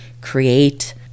create